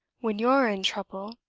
when you're in trouble,